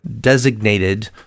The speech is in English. designated